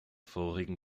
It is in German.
vorherigen